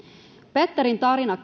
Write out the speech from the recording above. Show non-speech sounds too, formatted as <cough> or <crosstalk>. petterin tarina <unintelligible>